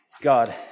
God